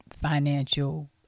financial